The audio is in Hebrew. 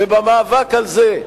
ובמאבק הזה,